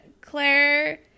Claire